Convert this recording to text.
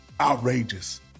outrageous